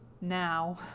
now